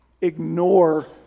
ignore